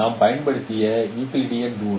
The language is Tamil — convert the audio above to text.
நாம் பயன்படுத்தும் யூக்ளிடியன் தூரம்